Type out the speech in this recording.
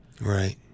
Right